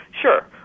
sure